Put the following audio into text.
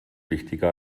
wichtiger